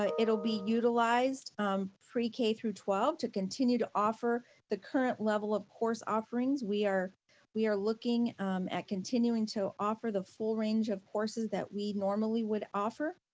ah it'll be utilized pre-k through twelve to continue to offer the current level of course offerings. we are we are looking at continuing to offer the full range of courses that we normally would offer.